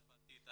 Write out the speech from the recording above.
צרפתית,